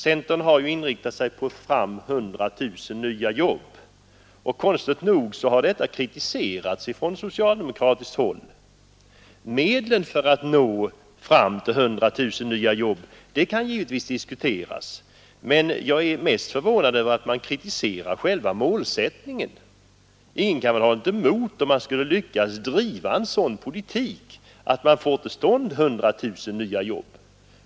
Centern har inriktat sig på att få fram 100 000 nya jobb. Konstigt nog har detta kritiserats från socialdemokratiskt håll. Medlen för att nå fram till detta mål kan givetvis diskuteras, men jag är mest förvånad över att man kritiserar själva målsättningen. Ingen kan väl ha något emot om man skulle lyckas driva en sådan politik att man får till stånd 100 000 nya jobb.